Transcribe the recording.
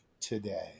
today